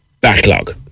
backlog